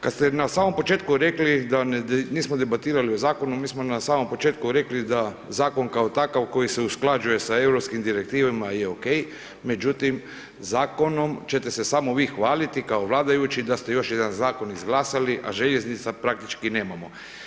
Kad ste na samom početku rekli da nismo debatirali o zakonu, mi smo na samom početku rekli da zakon kao takav, koji se usklađuje s europskim direktivama je okej, međutim, zakonom ćete se samo vi hvaliti kao vladajući da ste još jedan zakon izglasali, a željeznica praktički nemamo.